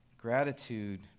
gratitude